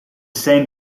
same